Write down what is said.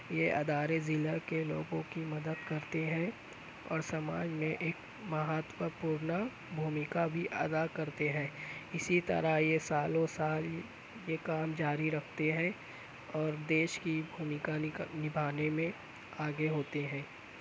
یہ ادارے ضلع کے لوگوں کی مدد کرتے ہیں اور سماج میں ایک مہتوپورنا بھومیکا بھی ادا کرتے ہیں اسی طرح یہ سالوں سال یہ کام جاری رکھتے ہیں اور دیش کی بھومیکا نبھانے میں آگے ہوتے ہیں